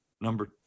Number